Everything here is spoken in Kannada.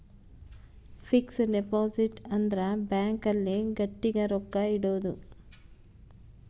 ಫಿಕ್ಸ್ ಡಿಪೊಸಿಟ್ ಅಂದ್ರ ಬ್ಯಾಂಕ್ ಅಲ್ಲಿ ಗಟ್ಟಿಗ ರೊಕ್ಕ ಇಡೋದು